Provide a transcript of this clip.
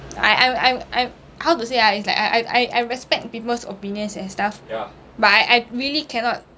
I I I I how to say ah it's like I I I respect people's opinions and stuff but I I really cannot